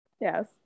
yes